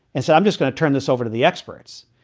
and so i'm just going to turn this over to the experts.